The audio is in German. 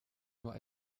nur